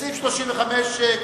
סעיפים 33 ו-34 נתקבלו כהצעת הוועדה.